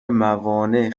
موانع